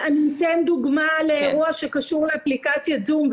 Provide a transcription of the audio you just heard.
אני אתן דוגמא לאירוע שקשור לאפליקציית זום.